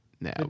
No